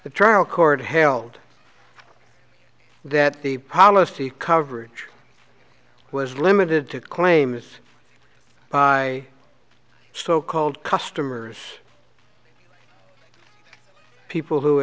the trial court held that the policy coverage was limited to claim it by so called customers people who